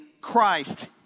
Christ